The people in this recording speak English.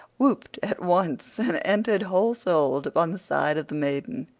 whooped at once, and entered whole-souled upon the side of the maiden.